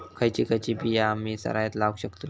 खयची खयची बिया आम्ही सरायत लावक शकतु?